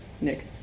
Nick